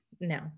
no